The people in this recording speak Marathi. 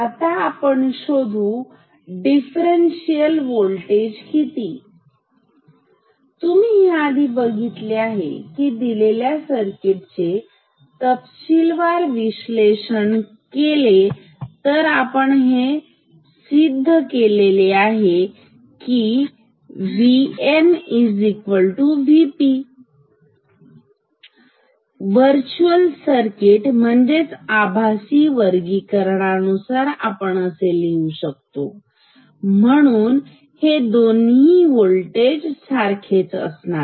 आता आपण शोधु डिफरन्ससियल होल्टेज किती तुम्ही ह्या आधी बघितले आहे की दिलेल्या सर्किट चे तपशीलवार विश्लेषण केले तर आपण हे सिद्ध केले आहे V N V P virtual sorting म्हणजेच आभासी वर्गीकरणानुसार म्हणून हे दोन्ही होल्टेज सारखेच असणार